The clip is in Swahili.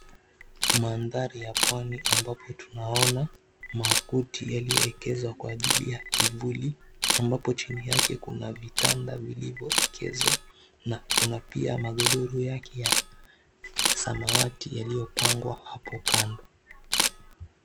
Mandhari ya pwani ambapo tunaona makuti yaliyoekezwa kwa ajili ya kivuli, ambapo chini yake kuna vitanda viliyoekezwa na kuna pia magodoro yake ya samawati yaliyopangwa hapo kando.